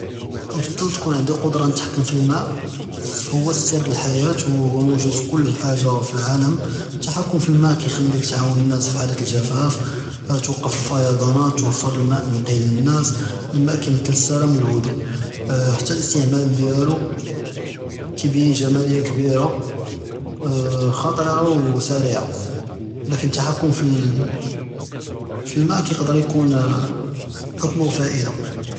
כנפצל תכון ענדי כודרה נתחתכם פעלמאא', פוהו אסר דאלחייאה ווהו ווג׳וד כל חאג׳ה פעלעלם, אלתחתכם פעלמאא' כיכלאכ תעאוון אלנאס פי חאלת אלג׳פאף ותועקף אלפיاذاנת ותוופיר אלמאא' נקי לנאס, אלמאא' כימתאיל אלסלאם ואלהדוא חתא אלאיסטעמל דיאלוה כייבין ג׳מעליה כבירה חתירה וסריעה, לקין אלתחתכם פעלמאא' יכדר יכון חכמה ופארידה.